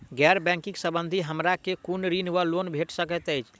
गैर बैंकिंग संबंधित हमरा केँ कुन ऋण वा लोन भेट सकैत अछि?